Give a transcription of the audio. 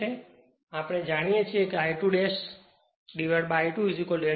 તેથી આપણે જાણીએ છીએ કે I2 I2N2N1